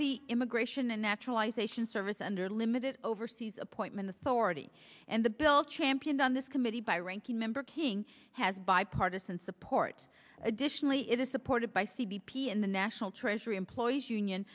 the immigration and naturalization service under limited overseas appointment authority and the bill championed on this committee by ranking member king has bipartisan support additionally it is supported by c b p in the national treasury employees union